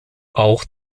auch